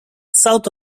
south